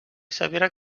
severa